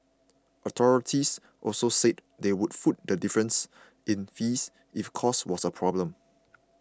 authorities also said they would foot the difference in fees if cost was a problem